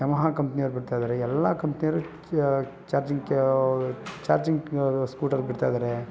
Yamaha company ಅವ್ರು ಬಿಡ್ತಾಯಿದ್ದಾರೆ ಎಲ್ಲ ಕಂಪ್ನಿ ಅವರು ಚ್ ಚಾರ್ಜಿಂಗ್ ಕ್ ಚಾರ್ಜಿಂಗ್ ಸ್ಕೂಟರ್ ಬಿಡ್ತಾಯಿದ್ದಾರೆ